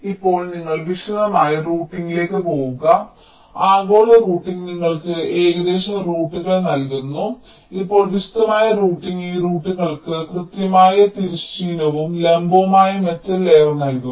ഇപ്പോൾ നിങ്ങൾ വിശദമായ റൂട്ടിംഗിലേക്ക് പോകുക ആഗോള റൂട്ടിംഗ് നിങ്ങൾക്ക് ഏകദേശ റൂട്ടുകൾ നൽകുന്നു ഇപ്പോൾ വിശദമായ റൂട്ടിംഗ് ഈ റൂട്ടുകൾക്ക് കൃത്യമായ തിരശ്ചീനവും ലംബവുമായ മെറ്റൽ ലെയർ നൽകും